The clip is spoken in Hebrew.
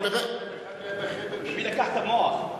ומי לקח את ה"מוח".